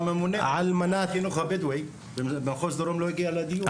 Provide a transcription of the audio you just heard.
ממונה על החינוך הבדואי במחוז דרום לא הגיע לדיון.